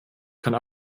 keine